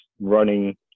running